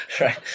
right